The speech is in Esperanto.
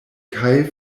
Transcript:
kaj